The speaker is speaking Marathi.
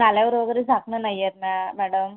नाल्यावर वगैरे झाकणं नाही आहेत ना मॅडम